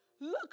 Look